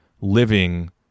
living